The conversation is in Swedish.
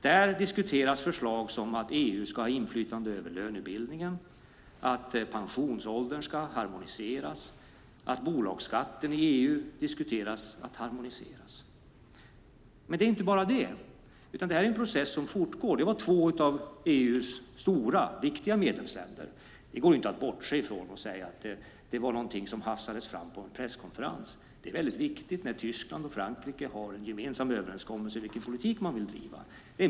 Där diskuteras förslag som att EU ska ha inflytande över lönebildningen, att pensionsåldern ska harmoniseras, att bolagsskatter i EU ska harmoniseras. Det är inte bara det; det här är en process som fortgår. Det gäller två av EU:s stora viktiga medlemsländer. Det går inte att bortse från och säga att det var någonting som hafsades fram på en presskonferens. Det är viktigt att Tyskland och Frankrike har en överenskommelse om vilken politik man vill driva.